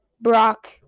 Brock